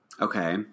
Okay